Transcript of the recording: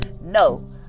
No